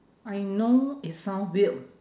I know it sound weird